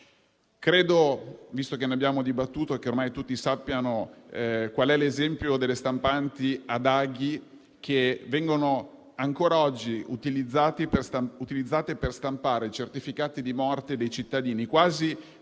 Credo, visto che ne abbiamo dibattuto, che ormai tutti conoscano l'esempio delle stampanti ad aghi che vengono ancora oggi utilizzate per stampare i certificati di morte dei cittadini, quasi